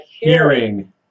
hearing